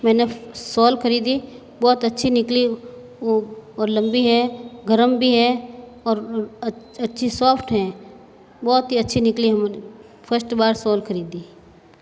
मैंने शौल खरीदी बहुत अच्छी निकली और लंबी है गरम भी है और अच्छी सॉफ्ट हैं बहुत ही अच्छी निकली हमने फर्स्ट बार शौल खरीदी